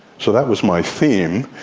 so that was my theme.